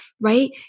right